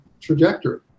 trajectory